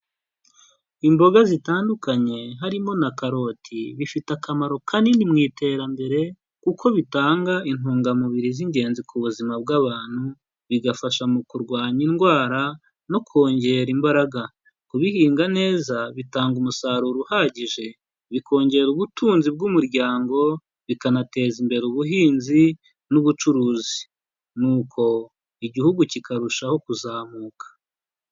Imboga zitandukanye harimo na karoti, bifite akamaro kanini mu iterambere kuko bitanga intungamubiri z'ingenzi ku buzima bw'abantu, bigafasha mu kurwanya indwara no kongera imbaraga. Kubihinga neza bitanga umusaruro uhagije, bikongera ubutunzi bw'umuryango, bikanateza imbere ubuhinzi n'ubucuruzi, nuko igihugu kikarushaho kuzamuka.